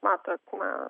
matot na